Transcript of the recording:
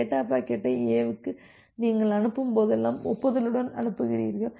data பாக்கெட்டை A க்கு நீங்கள் அனுப்பும் போதெல்லாம் ஒப்புதலுடன் அனுப்புகிறீர்கள்